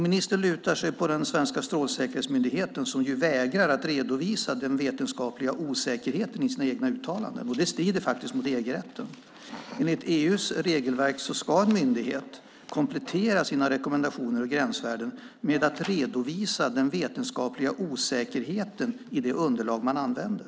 Ministern lutar sig på den svenska Strålsäkerhetsmyndigheten, som vägrar att redovisa den vetenskapliga osäkerheten i sina egna uttalanden. Det strider faktiskt mot EG-rätten. Enligt EU:s regelverk ska en myndighet komplettera sina rekommendationer och gränsvärden med att redovisa den vetenskapliga osäkerheten i det underlag man använder.